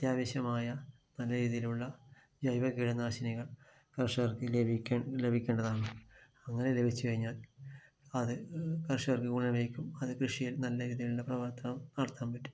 അത്യാവശ്യമായ നല്ല രീതിയിലുള്ള ജൈവകീടനാശിനികൾ കർഷകർക്ക് ലഭിക്കേണ്ടതാണ് അങ്ങനെ ലഭിച്ചു കഴിഞ്ഞാൽ അത് കർഷകർക്ക് ഗുണമേകും അത് കൃഷിയിൽ നല്ല രീതിയിലുള്ള പ്രവർത്തനവും നടത്താൻ പറ്റും